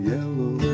Yellow